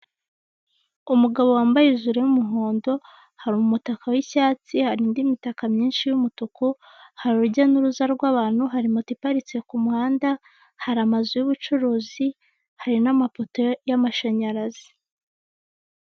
Umugabo wambaye hejuru y'umuhondo hari umutaka w'icyatsi hari indi mitaka myinshi y'umutuku hari urujya n'uruza rw'abantu hari moti iparitse ku muhanda hari amazu y'ubucuruzi hari n'amapoto y'amashanyarazi.